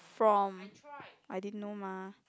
from I didn't know mah